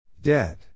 Dead